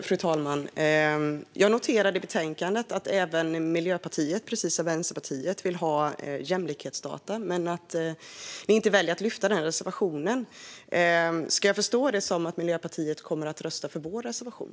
Fru talman! Jag noterade i betänkandet att även Miljöpartiet, precis som Vänsterpartiet, vill ha jämlikhetsdata. Men ni väljer att inte lyfta fram den reservationen. Ska jag förstå det som att Miljöpartiet kommer att rösta för vår reservation?